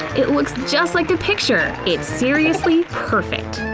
it looks just like the picture! it's seriously perfect.